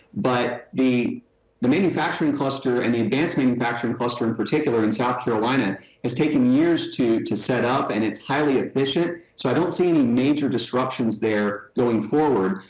but the the manufacturing cluster and the advanced manufacturing cluster in particular in south carolina has taken years to to set up and it's highly efficient. so i don't see any major disruptions there going forward.